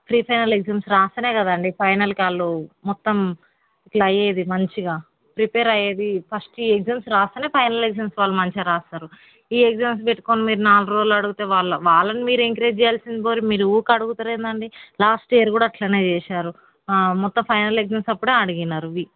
pre final exams రాస్తేనే కదండి ఫైనల్కి వాళ్ళు మొత్తం ఇట్లా అయ్యేది మంచిగా ప్రిపేర్ అయ్యేది ఫస్ట్ ఈ ఎగ్జామ్స్ రాస్తేనే ఫైనల్ ఎగ్జామ్స్ మంచిగా రాస్తారు ఈ ఎగ్జామ్స్ పెట్టుకొని మీరు నాలుగు రోజులు అడిగితే వాళ్ళు వాళ్ళని మీరు ఎంకరేజ్ జేయాల్సింది పోయి మీరు ఊకే అడుగుతరేందండి లాస్ట్ ఇయర్ కూడా అట్లనే చేసారు మొత్తం ఫైనల్ ఎగ్జామ్స్ అప్పుడే అడిగినారు ఇవి